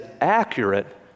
accurate